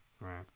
right